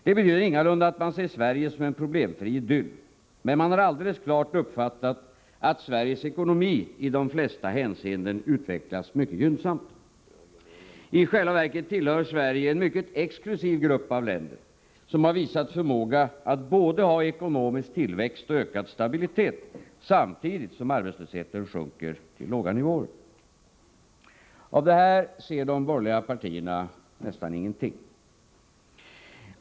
Det betyder ingalunda att man ser Sverige som en problemfri idyll, men man har alldeles klart uppfattat att Sveriges ekonomi i de flesta hänseenden utvecklas mycket gynnsamt. I själva verket tillhör Sverige en mycket exklusiv grupp av länder som har visat förmåga till både ekonomisk tillväxt och ökad stabilitet, samtidigt som arbetslösheten sjunker till låga nivåer. Av det här ser de borgerliga partierna nästan ingenting.